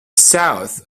south